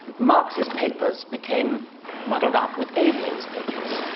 marx's papers became muddled up with aveling's papers,